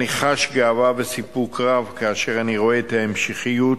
אני חש גאווה וסיפוק רב כאשר אני רואה את ההמשכיות